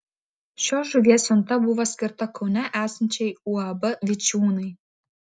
šios žuvies siunta buvo skirta kaune esančiai uab vičiūnai